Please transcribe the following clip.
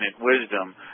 wisdom